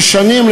זה שנים,